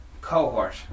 cohort